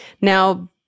Now